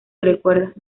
recuerdos